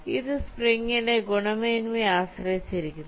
ഇത് സ്പ്രിങ്ങിന്റെ ഗുണമേന്മയെ ആശ്രയിച്ചിരിക്കുന്നു